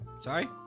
Sorry